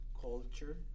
culture